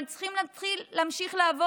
אבל הם צריכים להמשיך לעבוד.